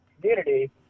community